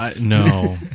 No